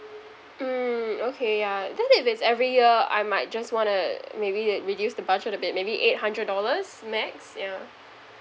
mm okay yeah then if it's every year I might just wanna maybe that reduce the budget a bit maybe eight hundred dollars max yeah